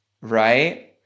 right